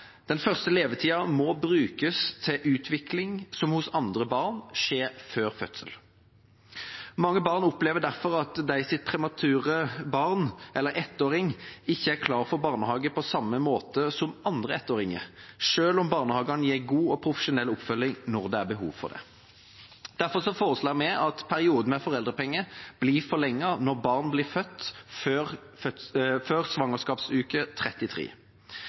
Den første levetiden må brukes til utvikling som hos andre barn skjer før fødselen. Mange foreldre opplever derfor at deres prematurfødte ettåring ikke er klar for barnehage på samme måte som andre ettåringer, selv om barnehagene gir god og profesjonell oppfølging når det er behov for det. Derfor foreslår vi at perioden med foreldrepenger blir forlenget når barn blir født før svangerskapsuke 33.